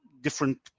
different